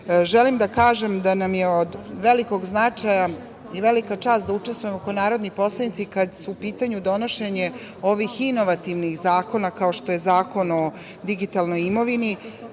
da kažem da nam je od velikog značaja i velika čast da učestvujemo kao narodni poslanici kada je u pitanju donošenje ovih inovativnih zakona, kao što je Zakon o digitalnoj imovini.